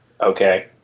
Okay